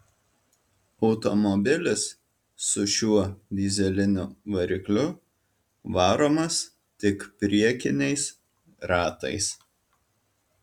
automobilis su šiuo dyzeliniu varikliu varomas tik priekiniais ratais